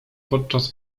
podczas